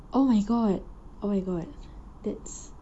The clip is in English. oh my god oh my god that's